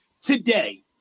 today